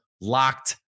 Locked